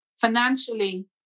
financially